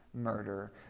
murder